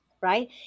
right